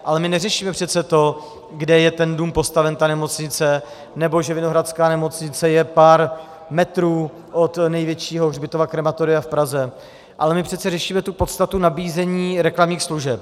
Ale my neřešíme přece to, kde je ten dům postaven, ta nemocnice, nebo že Vinohradská nemocnice je pár metrů od největšího hřbitova, krematoria v Praze, ale my přece řešíme tu podstatu nabízení reklamních služeb.